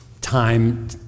time